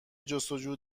جستجو